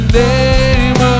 name